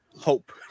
Hope